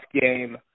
game